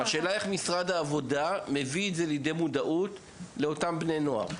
אבל השאלה היא איך משרד העבודה מביא את זה למודעות בקרב בני נוער.